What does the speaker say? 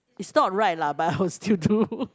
is not right lah I will still do